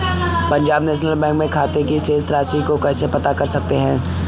Punjab National Bank में खाते की शेष राशि को कैसे पता कर सकते हैं?